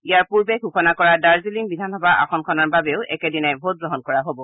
ইয়াৰ পূৰ্বে ঘোষণা কৰা দাৰ্জিলিং বিধানসভা আসনখনৰ বাবেও একেদিনাই ভোটগ্ৰহণ কৰা হব